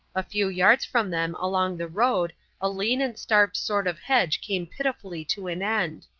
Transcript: a few yards from them along the road a lean and starved sort of hedge came pitifully to an end.